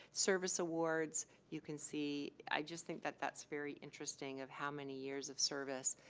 service awards you can see, i just think that that's very interesting of how many years of service,